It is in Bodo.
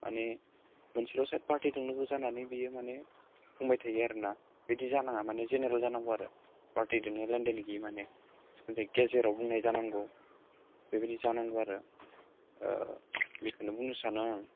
माने मोनसेल' पार्टिदों लोगो जानानै बियो माने बुंबाय थायो आरो ना बिदि जानाहा माने जेनेरेल जानांगौ आरो पार्टिदों लेनदेन गैयि माने गेजेराव बुंनाय जानांगौ बेबायदि जानांगौ आरो बेखोनो बुंनो सानो आं